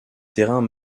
terrains